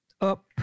up